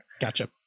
Gotcha